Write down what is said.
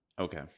Okay